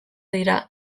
dira